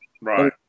Right